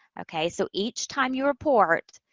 okay? so, each time you report,